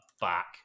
back